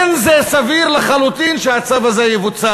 לחלוטין אין זה סביר שהצו הזה יבוצע.